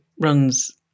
runs